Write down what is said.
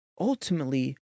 ultimately